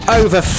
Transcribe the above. over